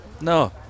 No